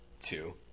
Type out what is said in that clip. two